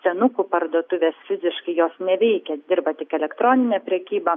senukų parduotuvės fiziškai jos neveikia dirba tik elektroninė prekyba